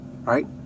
right